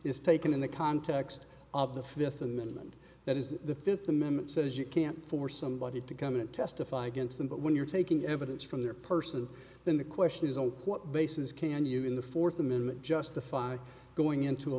is taken in the context of the fifth amendment that is the fifth amendment says you can't force somebody to come and testify against them but when you're taking evidence from their person then the question is on what basis can you in the fourth amendment justify going into a